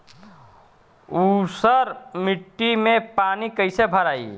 ऊसर मिट्टी में पानी कईसे भराई?